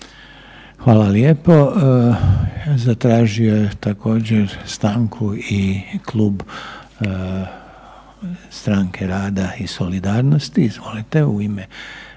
Hvala lijepo. Zatražio je također stanku i Klub Stranke rada i solidarnosti. Izvolite, u ime